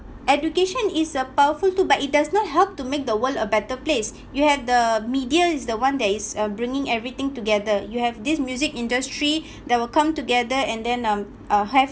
education is a powerful too but it does not help to make the world a better place you had the media is the one that is uh bringing everything together you have this music industry that will come together and then um uh have